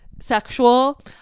sexual